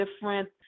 different